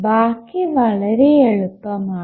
ബാക്കി വളരെ എളുപ്പമാണ്